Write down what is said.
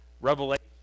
Revelation